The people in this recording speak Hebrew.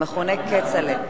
המכונה כצל'ה.